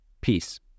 peace